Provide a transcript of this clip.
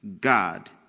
God